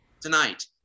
tonight